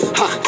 ha